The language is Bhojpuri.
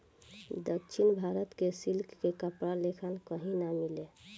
दक्षिण भारत के सिल्क के कपड़ा लेखा कही ना मिले